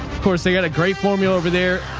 course they got a great formula over there.